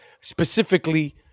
specifically